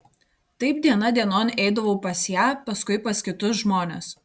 taip diena dienon eidavau pas ją paskui pas kitus žmones